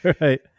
Right